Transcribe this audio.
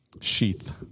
Sheath